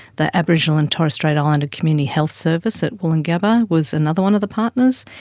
the aboriginal and torres strait islander community health service at woolloongabba was another one of the partners,